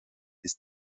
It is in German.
ist